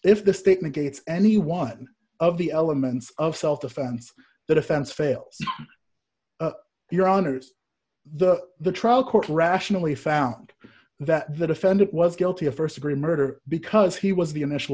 the statement gates any one of the elements of self defense the defense fails your honour's the the trial court rationally found that the defendant was guilty of st degree murder because he was the initial